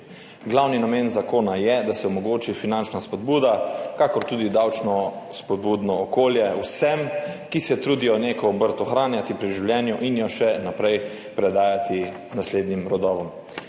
Glavni namen zakona je, da se omogoči finančna spodbuda, kakor tudi davčno spodbudno okolje vsem, ki se trudijo neko obrt ohranjati pri življenju in jo še naprej predajati naslednjim rodovom.